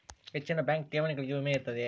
ಹೆಚ್ಚಿನ ಬ್ಯಾಂಕ್ ಠೇವಣಿಗಳಿಗೆ ವಿಮೆ ಇರುತ್ತದೆಯೆ?